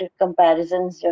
comparisons